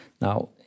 Now